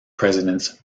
presidents